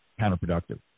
counterproductive